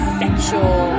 sexual